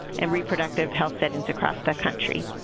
and reproductive health settings across the country.